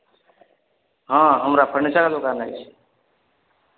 हँ हमरा फर्नीचरके दोकान अछि